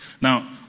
Now